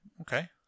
Okay